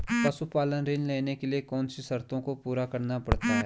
पशुपालन ऋण लेने के लिए कौन सी शर्तों को पूरा करना पड़ता है?